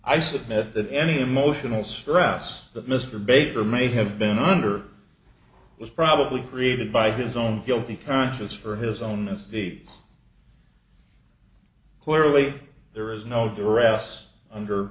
i submit that any emotional stress that mr baker may have been under was probably created by his own guilty conscious for his own misdeeds clearly there is no duress under